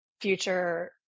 future